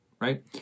right